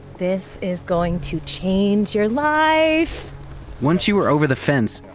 this is going to change your life once you're over the fence,